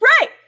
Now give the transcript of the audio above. right